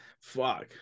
Fuck